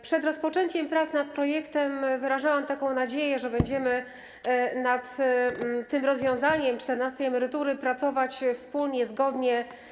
Przed rozpoczęciem prac nad projektem wyrażałam taką nadzieję, że będziemy nad tym rozwiązaniem dotyczącym czternastej emerytury pracować wspólnie, zgodnie.